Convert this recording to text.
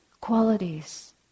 qualities